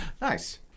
Nice